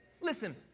Listen